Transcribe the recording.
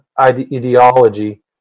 ideology